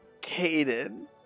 Caden